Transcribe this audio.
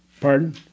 Pardon